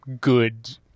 good